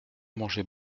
manger